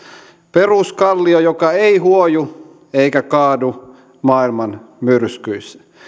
peruskallio joka ei huoju eikä kaadu maailman myrskyissä